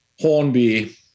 Hornby